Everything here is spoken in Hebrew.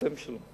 לחסידים שלו.